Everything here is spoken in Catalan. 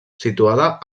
situada